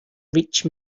rich